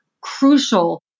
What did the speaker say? crucial